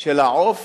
של העוף